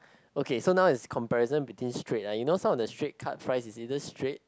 okay so now is comparison between straight ah you know some of the straight cut fries is either straight